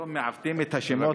היום מעוותים את השמות,